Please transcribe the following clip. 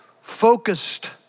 focused